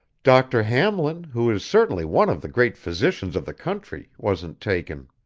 dr. hamlin, who is certainly one of the great physicians of the country, wasn't taken.